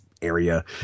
area